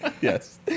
Yes